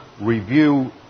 review